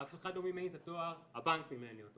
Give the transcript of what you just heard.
אף אחד לא מימן לי את התואר הבנק מימן לי אותו